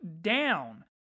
down